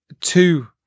two